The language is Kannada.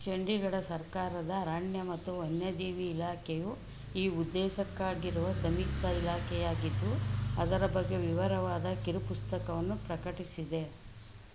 ಚಂಡೀಗಡ ಸರ್ಕಾರದ ಅರಣ್ಯ ಮತ್ತು ವನ್ಯಜೀವಿ ಇಲಾಖೆಯು ಈ ಉದ್ದೇಶಕ್ಕಾಗಿರುವ ಸಮೀಕ್ಷಾ ಇಲಾಖೆಯಾಗಿದ್ದು ಅದರ ಬಗ್ಗೆ ವಿವರವಾದ ಕಿರುಪುಸ್ತಕವನ್ನು ಪ್ರಕಟಿಸಿದೆ